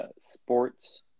sports